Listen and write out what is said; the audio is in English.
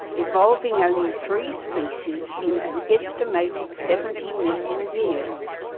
evolving only three species in an estimated seventy million years.